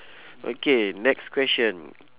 okay next question